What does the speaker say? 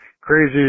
crazy